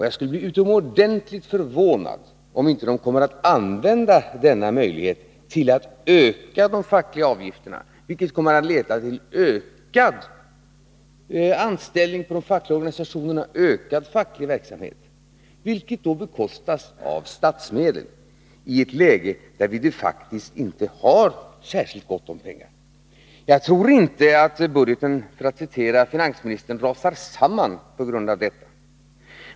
Jag skulle bli utomordentligt förvånad om de inte kommer att använda denna möjlighet till att öka de fackliga avgifterna, vilket kommer att leda till ökad anställning inom de fackliga organisationerna och ökad facklig verksamhet, vilket bekostas av statsmedel i ett läge där vi faktiskt inte har särskilt gott om pengar. Jag tror inte att budgeten, för att citera finansministern, ”rasar samman” på grund av detta.